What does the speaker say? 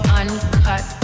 uncut